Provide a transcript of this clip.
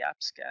AppScan